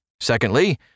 Secondly